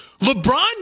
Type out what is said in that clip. LeBron